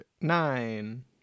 nine